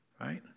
right